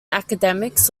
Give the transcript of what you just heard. academies